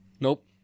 Nope